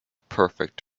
perfect